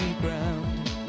ground